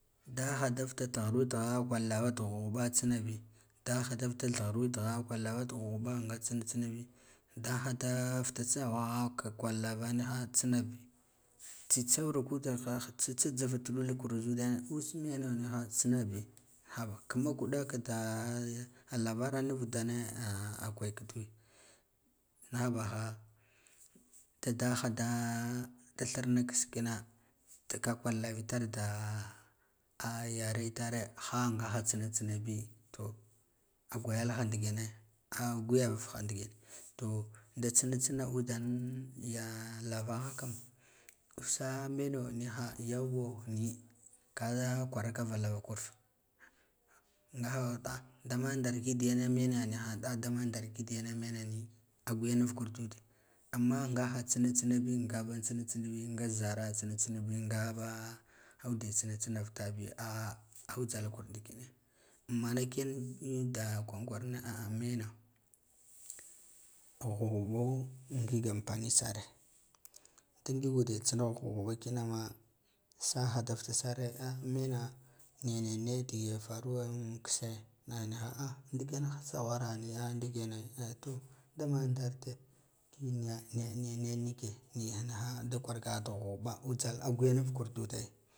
Daha da fata thihir witigha kwal la va da ghughuba tsanabi, da ha da futa thihir witigha kwal labva da ghughu ba nga tsina tsinabi daha da futa saghaha ka kal lava nika tsinabi tsitsa iran tsitsa jhaf in tuɗu zu uda usame niha tsinabi haba kima kuɗaka da lavara muu udane a gwaiki du nah baha da daha da thirna kiss kina da ka kwal lava itar da yare tare ha ngaha tsinati, inabi laa gwagalha nɗiken ai a guya vuuha ndi ken to da tsina tsina udan ya lavak a kam usa meno niha yawwoni ka kwar a kava lava kurfula ngahan dah daman darki diyene mena niha a daman darki menani a guyanuf kur duud amma ngaha tsina tsinabi ngahan tsinatsinabi nga zara tsina tsinabi ngaba ude tsina tsina fudabi aujhal kur ndiken ammana kiyan nud da kwar kwarane ah ah meno ghughubo nga ampani sare da ngig udo tsina ghughuba kinama saha da futasare a mena hiya niya dige faru kisse na nha ah ndiken ha tsaghwara ni a ndikene eh to daman ndarude ki niba niya miki niya niha da kwarga da ghughuba a ya yanaf kar ndiken ai